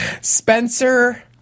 Spencer